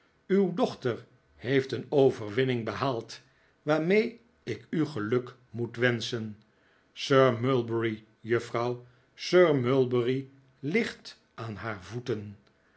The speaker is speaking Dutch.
uw dochter heeft een overwinning behaald waarmee ik u geluk moet wenschen sir mulberry juffrouw sir mulberry ligt aan haar voeten